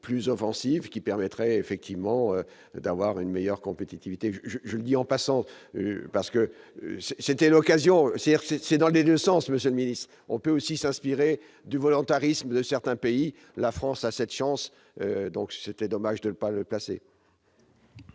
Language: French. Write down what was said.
plus offensive qui permettrait effectivement d'avoir une meilleure compétitivité je, je le dis en passant, parce que c'était l'occasion certes dans les 2 sens monsieur milices, on peut aussi s'inspirer du volontarisme de certains pays, la France a cette chance, donc c'était dommage de ne pas le placer.